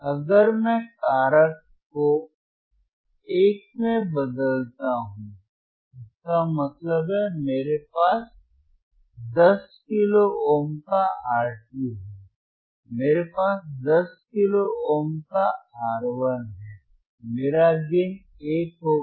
अगर मैं कारक को 1 में बदलता हूं इसका मतलब है मेरे पास 10 किलो ओम का R2 है मेरे पास 10 किलो ओम का R1 है मेरा गेन 1 होगा